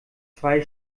zwei